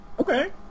Okay